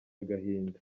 agahinda